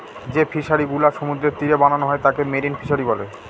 যে ফিশারিগুলা সমুদ্রের তীরে বানানো হয় তাকে মেরিন ফিশারী বলে